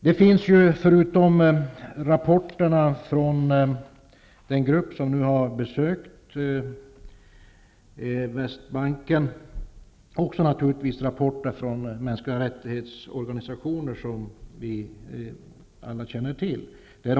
Det finns förutom rapporterna från den grupp som nu har besökt Västbanken naturligtvis också, som vi känner till, rapporter från organisationer för mänskliga rättigheter.